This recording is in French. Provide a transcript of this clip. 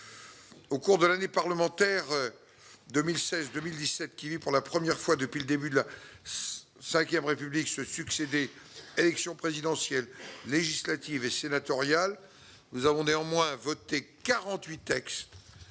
Au cours de l'année parlementaire 2016-2017, qui vit pour la première fois depuis le début de la V République se succéder élections présidentielle, législatives et sénatoriales, nous avons néanmoins voté 48 textes